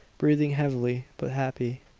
breathing heavily, but happy.